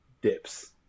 dips